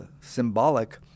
symbolic